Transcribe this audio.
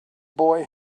boy